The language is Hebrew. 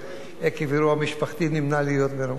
שעקב אירוע משפחתי נמנע ממנו להיות כאן,